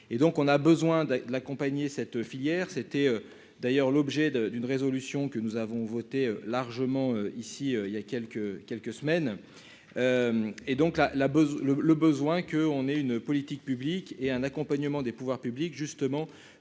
et donc on a besoin de l'accompagner cette filière, c'était d'ailleurs l'objet de d'une résolution que nous avons voté largement ici, il y a quelques quelques semaines et donc la la le le besoin que on ait une politique publique et un accompagnement des pouvoirs publics, justement